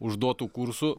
užduotu kursu